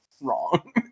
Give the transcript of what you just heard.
wrong